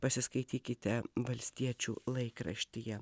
pasiskaitykite valstiečių laikraštyje